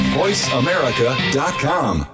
voiceamerica.com